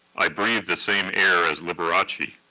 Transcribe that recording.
i breathe the same air as liberace.